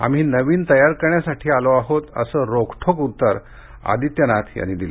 आम्ही नवीन तयार करण्यासाठी आलो आहोत असं रोखठोक उत्तर आदित्यनाथ यांनी दिलं